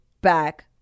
back